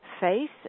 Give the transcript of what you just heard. faith